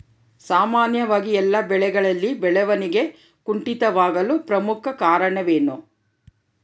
ಸಾಮಾನ್ಯವಾಗಿ ಎಲ್ಲ ಬೆಳೆಗಳಲ್ಲಿ ಬೆಳವಣಿಗೆ ಕುಂಠಿತವಾಗಲು ಪ್ರಮುಖ ಕಾರಣವೇನು?